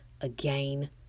again